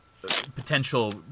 potential